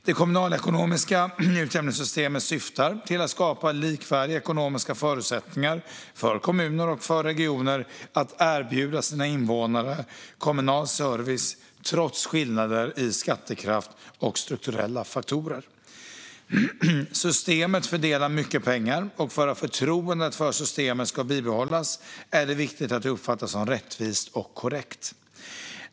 Det kommunalekonomiska utjämningssystemet syftar till att skapa likvärdiga ekonomiska förutsättningar för kommuner och för regioner att erbjuda sina invånare kommunal service trots skillnader i skattekraft och strukturella faktorer. Systemet fördelar mycket pengar, och för att förtroendet för systemet ska bibehållas är det viktigt att det uppfattas som rättvist och korrekt.